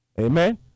Amen